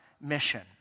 mission